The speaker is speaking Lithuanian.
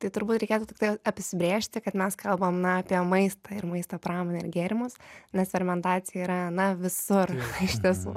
tai turbūt reikėtų tiktai apsibrėžti kad mes kalbam na apie maistą ir maisto pramonę ir gėrimus nes fermentacija yra na visur iš tiesų